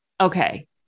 Okay